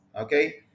okay